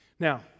Now